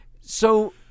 So-